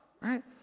Right